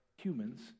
humans